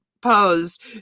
posed